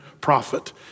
prophet